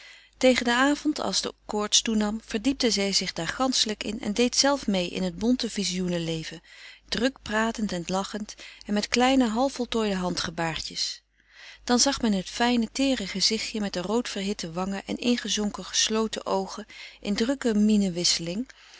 tegen den avond als de koorts toenam verdiepte zij zich daar ganschelijk in en deed zelf mee in het bonte vizioenen leven druk frederik van eeden van de koele meren des doods pratend en lachend en met kleine half voltooide handgebaartjes dan zag men het fijne teere gezichtje met de roodverhitte wangen en ingezonken gesloten oogen in drukke